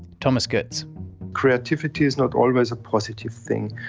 thomas goetz creativity is not always a positive thing.